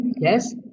yes